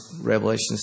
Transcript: Revelation